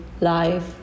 life